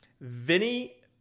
Vinny